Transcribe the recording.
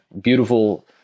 beautiful